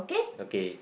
okay